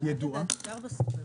ידועה -- אתה גר בסופרמרקטים.